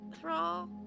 Thrall